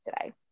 today